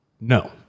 No